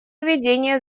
ведения